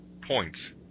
points